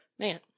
Man